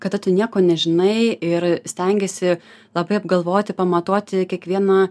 kada tu nieko nežinai ir stengiesi labai apgalvoti pamatuoti kiekvieną